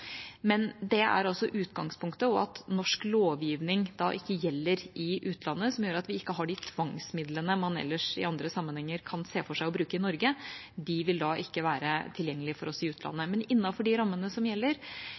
men det er altså utgangspunktet, og at norsk lovgivning ikke gjelder i utlandet, noe som gjør at vi ikke har de tvangsmidlene man ellers, i andre sammenhenger, kan se for seg å bruke i Norge. De vil ikke være tilgjengelige for oss i utlandet. Men innenfor de rammene som gjelder,